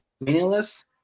meaningless